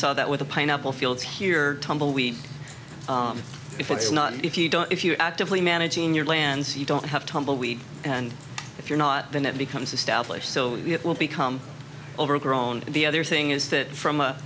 saw that with the pineapple fields here tumbleweed if it's not if you don't if you're actively managing your lands you don't have tumbleweed and if you're not then it becomes established so it will become overgrown the other thing is that from